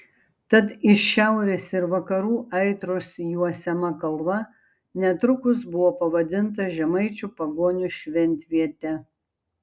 tad iš šiaurės ir vakarų aitros juosiama kalva netrukus buvo pavadinta žemaičių pagonių šventviete